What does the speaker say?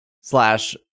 slash